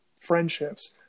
friendships